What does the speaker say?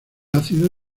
ácido